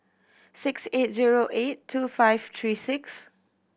six eight zero eight two five three six